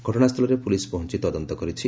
ଘଟଶା ସ୍ଚଳରେ ପୁଲିସ୍ ପହଞ୍ଚି ତଦନ୍ତ କରିଛି